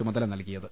ചുമതല നൽകിയത്